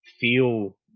feel